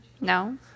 No